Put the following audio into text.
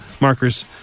markers